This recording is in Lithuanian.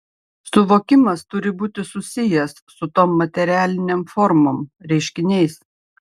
suvokimas turi būti susijęs su tom materialinėm formom reiškiniais